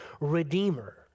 redeemer